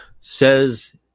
says